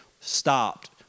stopped